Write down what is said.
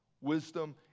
wisdom